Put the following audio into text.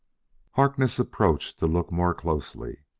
harkness approached to look more closely.